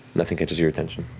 nothing catches your attention.